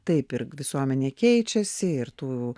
taip ir visuomenė keičiasi ir tų